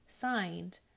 signed